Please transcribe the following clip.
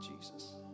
Jesus